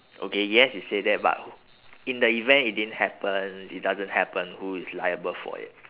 okay yes you say that but in the event it didn't happen it doesn't happen who is liable for it